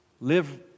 live